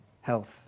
health